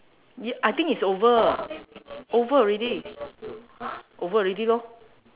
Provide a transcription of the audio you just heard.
y~ I think it's over over already over already lor